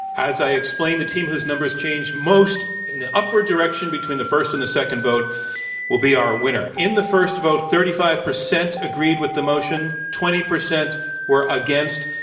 as i explained, the team whose numbers changed most in the upward direction between the first and the second vote will be our winner. in the first vote, thirty five percent agreed with the motion, twenty percent were against.